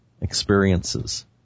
Experiences